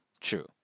True